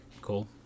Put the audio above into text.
Cool